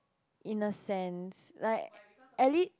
in a sense like at least